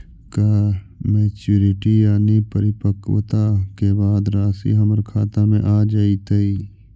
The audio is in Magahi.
का मैच्यूरिटी यानी परिपक्वता के बाद रासि हमर खाता में आ जइतई?